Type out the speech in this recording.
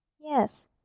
Yes